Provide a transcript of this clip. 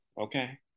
okay